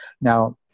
Now